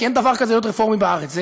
כי אין דבר כזה להיות רפורמי בארץ.